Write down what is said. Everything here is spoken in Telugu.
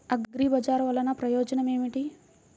అగ్రిబజార్ వల్లన ప్రయోజనం ఏమిటీ?